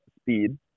Speed